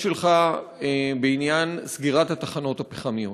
שלך בעניין סגירת התחנות הפחמיות.